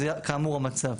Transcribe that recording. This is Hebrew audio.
זה כאמור המצב.